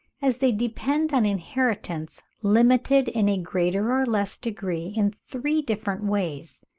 as they depend on inheritance, limited in a greater or less degree in three different ways,